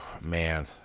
Man